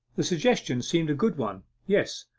the suggestion seemed a good one. yes,